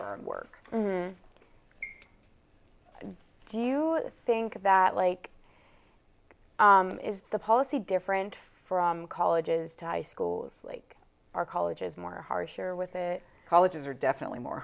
our work do you think that like is the policy different from colleges to high schools like our colleges more harsher with it colleges are definitely more